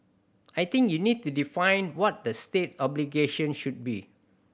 I think you need to define what the state's obligations should be